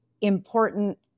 important